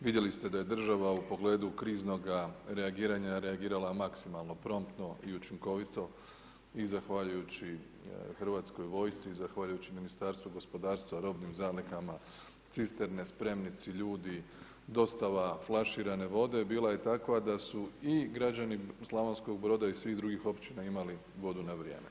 Vidjeli ste da je država u pogledu kriznoga reagiranja, reagirala maksimalno, prontno i učinkovito i zahvaljujući Hrvatskoj vojsci i zahvaljujući Ministarstvu gospodarstva, robnim zalihama, cisterne, spremnici, ljudi, dostava flaširane vode bila je takva da su i građani Slavonskog Broda i svih drugih općina imali vodu na vrijeme.